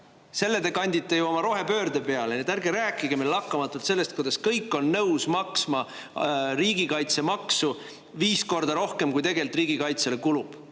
Selle te kandite ju oma rohepöörde peale. Nii et ärge rääkige meile lakkamatult sellest, kuidas kõik on nõus maksma riigikaitsemaksu viis korda rohkem, kui tegelikult riigikaitsele kulub.